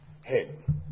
head